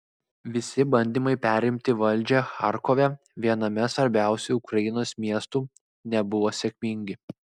visi bandymai perimti valdžią charkove viename svarbiausių ukrainos miestų nebuvo sėkmingi